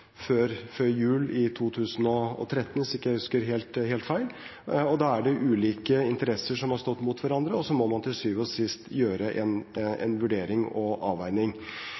før jul i 2013, hvis jeg ikke husker helt feil, og da er det ulike interesser som har stått mot hverandre, og så må man til syvende og sist gjøre en vurdering og en avveining.